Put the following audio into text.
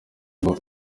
ngo